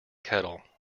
kettle